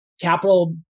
capital